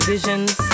visions